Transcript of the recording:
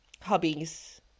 Hobbies